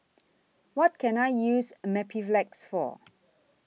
What Can I use Mepilex For